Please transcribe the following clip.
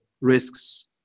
risks